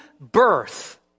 birth